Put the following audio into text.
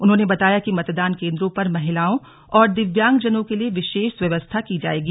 उन्होंने बताया कि मतदान केंद्रों पर महिलाओं और दिव्यांगजनों के लिए विशेष व्यवस्था की जाएगी